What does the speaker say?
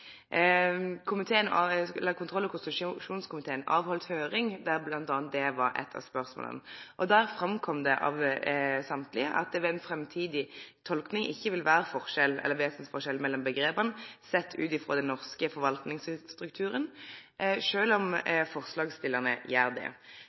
Kontroll- og konstitusjonskomiteen heldt høyring, der bl.a. det var eit av spørsmåla. Der framkom det frå alle saman at det ved ei framtidig tolking ikkje vil vere vesensforskjell mellom omgrepa, sett ut frå den norske forvaltingsstrukturen, sjølv om